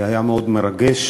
היה מאוד מרגש.